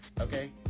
Okay